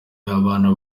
y’abana